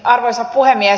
arvoisa puhemies